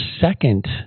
second